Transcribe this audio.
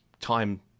time